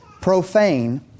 profane